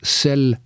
sell